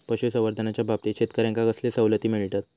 पशुसंवर्धनाच्याबाबतीत शेतकऱ्यांका कसले सवलती मिळतत?